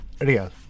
real